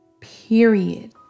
Period